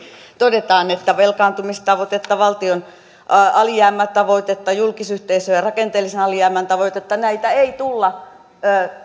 todetaan että velkaantumistavoitetta valtion alijäämätavoitetta julkisyhteisöjen ja rakenteellisen alijäämän tavoitetta ei tulla